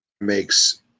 makes